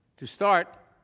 to start